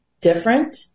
different